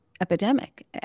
epidemic